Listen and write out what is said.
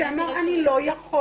שאמר אני לא יכול